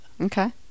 Okay